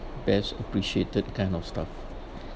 best appreciated kind of stuff